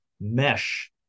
mesh